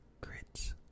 Grits